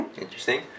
interesting